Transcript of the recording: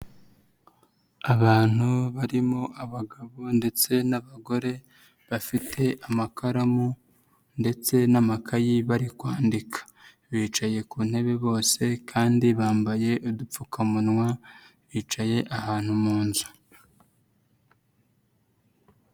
Abantu barimo abagabo ndetse n'abagore bafite amakaramu ndetse n'amakayi bari kwandika, bicaye ku ntebe bose kandi bambaye udupfukamunwa bicaye ahantu mu nzu.